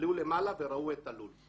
עלו למעלה וראו את הלול.